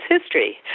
history